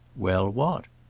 well, what?